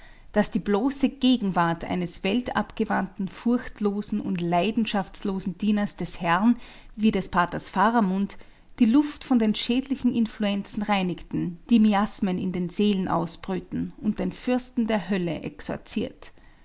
daß die bloße gegenwart eines weltabgewandten furchtlosen und leidenschaftslosen dieners des herrn wie des paters faramund die luft von den schädlichen influenzen reinigt die miasmen in den seelen ausbrüten und den fürsten der hölle exorziert